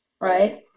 right